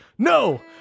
No